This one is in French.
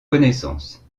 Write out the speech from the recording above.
connaissances